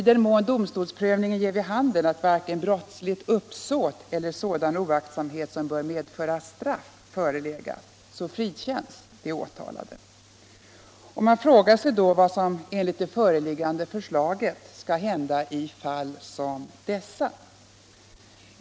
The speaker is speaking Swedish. I den mån domstolsprövningen ger vid handen att varken brottsligt uppsåt eller sådan oaktsamhet som bör medföra straff förelegat, frikänns de åtalade. Man frågar sig vad som enligt det föreliggande förslaget skall hända i fall som dessa.